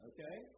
Okay